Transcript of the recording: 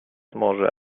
może